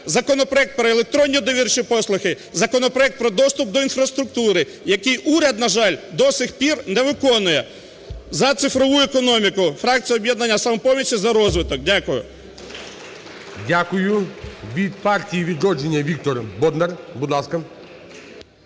законопроект про електронні довірчі послуги, законопроект про доступ до інфраструктури, який уряд, на жаль, до цих пір не виконує. За цифрову економіку, фракція "Об'єднання "Самопоміч" за розвиток. Дякую. ГОЛОВУЮЧИЙ. Дякую. Від "Партії "Відродження" Віктор Бондар, будь ласка.